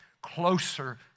closer